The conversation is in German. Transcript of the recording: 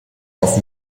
auf